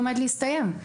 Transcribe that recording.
עומד להסתיים.